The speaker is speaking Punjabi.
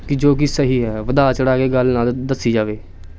ਕਿ ਜੋ ਕਿ ਸਹੀ ਹੈ ਵਧਾ ਚੜ੍ਹਾ ਕੇ ਗੱਲ ਨਾ ਦੱਸੀ ਜਾਵੇ